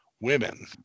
women